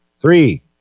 Three